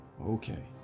Okay